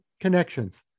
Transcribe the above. connections